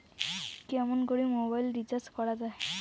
কেমন করে mobile recharge করা য়ায়?